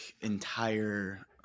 entire –